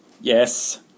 Yes